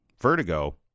vertigo